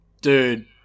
Dude